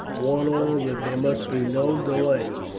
warn all that there must be no delay.